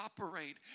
operate